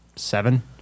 Seven